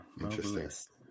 Interesting